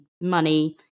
money